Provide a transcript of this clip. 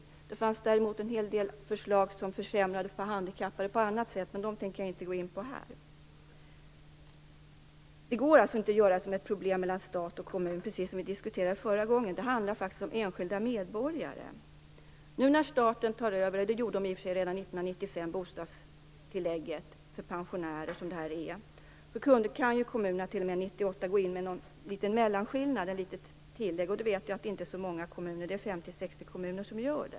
Däremot fanns det en hel del förslag som på annat sätt försämrade för handikappade, men dessa tänker jag inte gå in på här. Det går alltså inte att göra detta till ett problem mellan stat och kommun, precis som vi diskuterade förra gången. Det handlar faktiskt om enskilda medborgare. Staten tog 1995 över ansvaret för bostadstillägget för pensionärer. Fram till 1998 kan kommunerna gå in med en liten mellanskillnad, men det är det inte så många kommuner som gör, 50-60 kommuner.